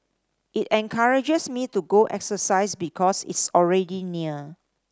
it encourages me to go exercise because it's already near